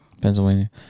Pennsylvania